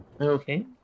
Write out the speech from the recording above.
Okay